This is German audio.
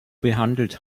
behandelt